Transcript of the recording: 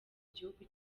gihugu